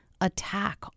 attack